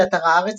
באתר הארץ,